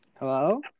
Hello